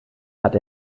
hat